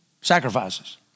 Sacrifices